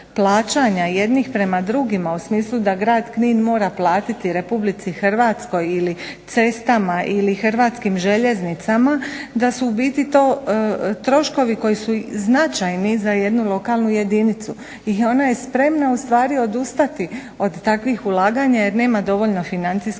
plaćanja jednih prema drugima u smislu da grad Knin mora platiti Republici Hrvatskoj ili cestama ili Hrvatskim željeznicama da su u biti to troškovi koji su značajni za jednu lokalnu jedinicu. I ona je spremna u stvari odustati od takvih ulaganja jer nema dovoljno financijskih